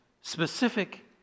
specific